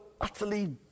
utterly